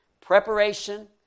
Preparation